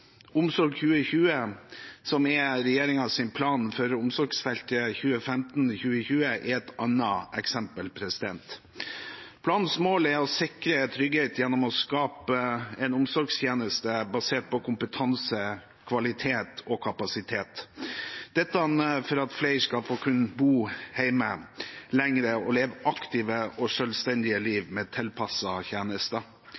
Omsorg 2020, som er regjeringens plan for omsorgsfeltet 2015–2020, er et annet eksempel. Planens mål er å sikre trygghet gjennom å skape en omsorgstjeneste basert på kompetanse, kvalitet og kapasitet – dette for at flere skal få kunne bo hjemme lenger og leve aktive og